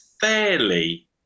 fairly